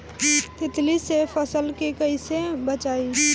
तितली से फसल के कइसे बचाई?